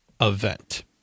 event